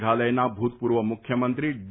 મેઘાલયના ભૂતપૂર્વ મુખ્યમંત્રી ડી